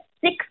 six